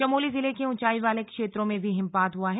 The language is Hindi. चमोली जिले के ऊंचाई वाले क्षेत्रों में भी हिमपात हुआ है